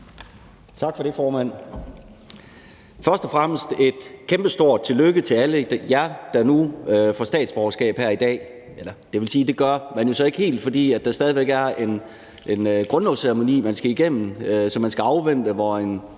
Tak for det, formand. Først og fremmest et kæmpestort tillykke til alle jer, der nu får statsborgerskab her i dag – eller det vil sige, at det gør man jo så ikke helt, fordi der stadig væk er en grundlovsceremoni, man skal igennem, og som man skal afvente, og hvor en